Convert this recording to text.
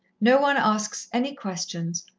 no one asks any questions,